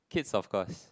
kids of course